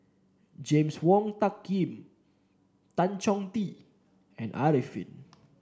James Wong Tuck Yim Tan Chong Tee and Arifin